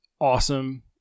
awesome